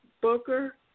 Booker